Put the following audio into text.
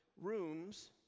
Rooms